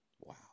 Wow